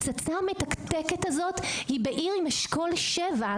מדובר בפצצה מתקתקת שהיא בעיר עם אשכול שבע.